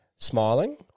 Smiling